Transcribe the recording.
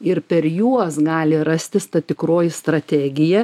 ir per juos gali rastis ta tikroji strategija